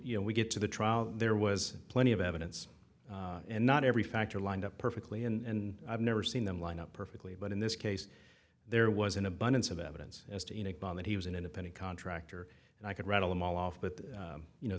you know we get to the trial there was plenty of evidence and not every factor lined up perfectly and i've never seen them line up perfectly but in this case there was an abundance of evidence as to you know that he was an independent contractor and i could rattle them all off but you know